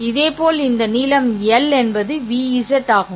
இதேபோல் இந்த நீளம் L என்பது Vz ஆகும்